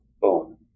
Boom